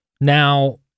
Now